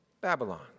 Babylon